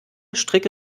stricke